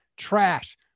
trash